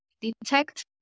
detect